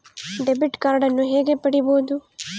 Debit ಕಾರ್ಡನ್ನು ಹೇಗೆ ಪಡಿಬೋದು?